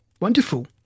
Wonderful